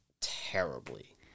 terribly